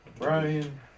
Brian